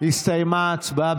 הסתיימה ההצבעה.